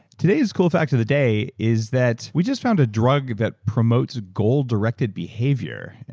today's cool fact of the day is that we just found a drug that promotes goal-directed behavior.